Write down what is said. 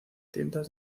tiendas